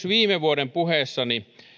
viime vuoden puheessani